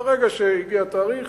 ברגע שהגיע התאריך